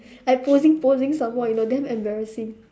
I posing posing some more you know damn embarrassing